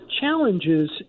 challenges